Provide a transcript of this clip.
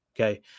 okay